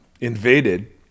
invaded